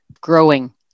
growing